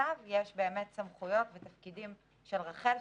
ומתחתיו יש סמכויות ותפקידים של רח"ל,